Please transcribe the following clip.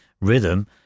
rhythm